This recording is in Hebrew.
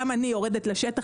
גם אני יורדת לשטח,